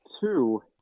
two